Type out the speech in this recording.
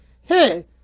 hey